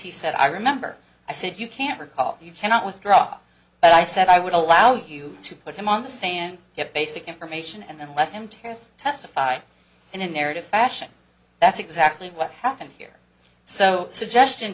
he said i remember i said you can't recall you cannot withdraw but i said i would allow you to put him on the stand get basic information and let him terrorists testify in a narrative fashion that's exactly what happened here so the suggestion